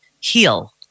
heal